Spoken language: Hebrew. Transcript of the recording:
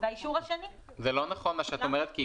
והאישור השני --- זה לא נכון מה שאת אומרת.